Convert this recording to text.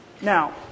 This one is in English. now